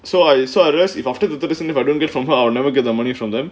so I so I asked if after that that doesn't if I don't get from her our never give them money from them